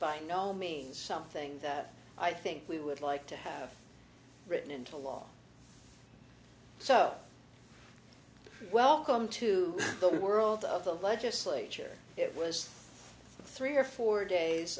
by no means something that i think we would like to have written into law so welcome to the world of the legislature it was three or four days